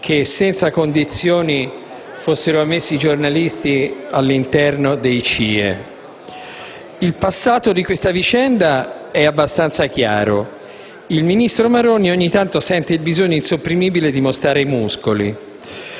che senza condizioni fossero ammessi i giornalisti all'interno dei CIE. Il passato di questa vicenda è abbastanza chiaro; il ministro Maroni ogni tanto sente il bisogno insopprimibile di mostrare i muscoli